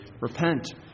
repent